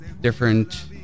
different